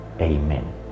Amen